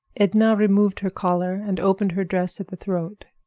edna removed her collar and opened her dress at the throat.